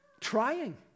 trying